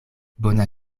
bona